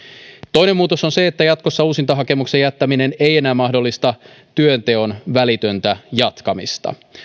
toinen muutos on se että jatkossa uusintahakemuksen jättäminen ei enää mahdollista työnteon välitöntä jatkamista